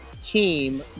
team